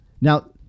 now